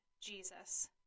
Jesus